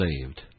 saved